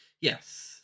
Yes